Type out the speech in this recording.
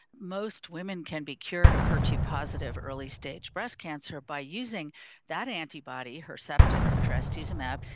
most women can be cured of her two positive early stage breast cancer by using that antibody, herceptin or trastuzumab,